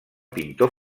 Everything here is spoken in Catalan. pintor